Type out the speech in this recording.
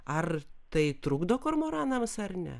ar tai trukdo kormoranams ar ne